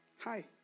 Hi